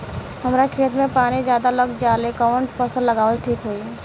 हमरा खेत में पानी ज्यादा लग जाले कवन फसल लगावल ठीक होई?